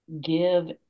give